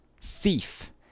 Thief